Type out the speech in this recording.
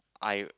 I'd